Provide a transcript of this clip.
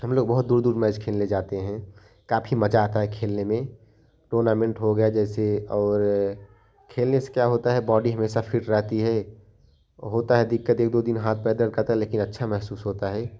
हम लोग बहुत दूर दूर मैच खेलने जाते हैं काफ़ी मज़ा आता है खेलने में टूर्नामेंट हो गया जैसे और खेलने से क्या होता है बॉडी हमेशा फिट रहती है होता है दिक़्क़त एक दो दिन हाथ पैर दर्द करता है लेकिन अच्छा महसूस होता है